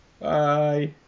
Bye